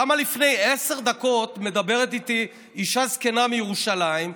למה לפני עשר דקות מדברת איתי אישה זקנה מירושלים,